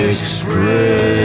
Express